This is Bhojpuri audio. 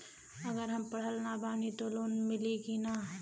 अगर हम पढ़ल ना बानी त लोन मिली कि ना?